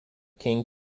king